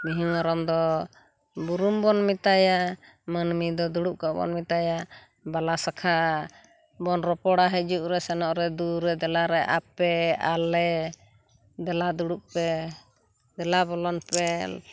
ᱢᱤᱦᱩ ᱢᱮᱨᱚᱢ ᱫᱚ ᱵᱩᱨᱩᱢ ᱵᱚᱱ ᱢᱮᱛᱟᱭᱟ ᱢᱟᱹᱱᱢᱤ ᱫᱚ ᱫᱩᱲᱩᱵ ᱠᱚᱜ ᱵᱚᱱ ᱢᱮᱛᱟᱭᱟ ᱵᱟᱞᱟᱥᱟᱠᱷᱟ ᱵᱚᱱ ᱨᱚᱯᱚᱲᱟ ᱦᱤᱡᱩᱜ ᱨᱮ ᱥᱮᱱᱚᱜ ᱨᱮ ᱫᱩᱨᱮ ᱫᱮᱞᱟᱨᱮ ᱟᱯᱮ ᱟᱞᱮ ᱫᱮᱞᱟ ᱫᱩᱲᱩᱵ ᱯᱮ ᱫᱮᱞᱟ ᱵᱚᱞᱚᱱ ᱯᱮ